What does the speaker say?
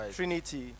Trinity